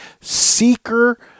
seeker